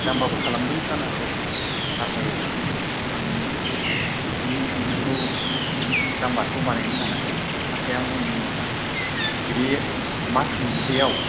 जाम्बाबो खालामदों जानो हागौ नाथाय आं बिदि नोंथांखौ जाम्बाथ' बानायनो सानाखै नाथाय आं बुंनि नोंथां बे मास मोनसेआव